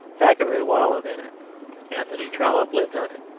thackeray wallowed in it anthony trollope lived on it.